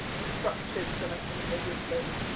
structured than i think i would be.